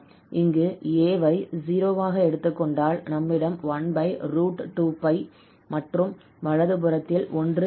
இங்கு 𝑎 ஐ 0 ஆக எடுத்துக் கொண்டால் நம்மிடம் 12π மற்றும் வலது புறத்தில் 1 இருக்கும்